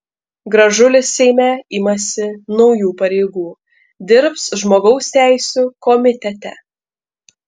gražulis seime imasi naujų pareigų dirbs žmogaus teisių komitete